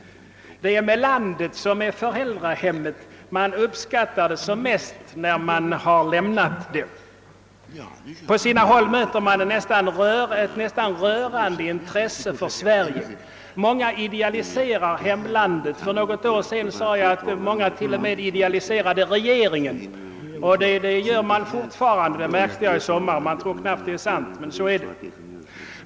Det är med landet som med föräldrahemmet; man uppskattar det mest när man har lämnat det. På sina håll möter man ett nästan rörande intresse för Sverige. Många idealiserar hemlandet. För något år sedan sade jag att många till och med idealiserade regeringen. Det gör man fortfarande; det märkte jag i somras. Man kan knappt tro att det är sant, men så är det.